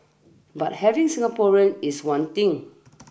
but having Singaporeans is one thing